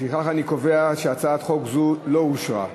לפיכך אני קובע שהצעת חוק זו לא אושרה.